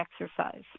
exercise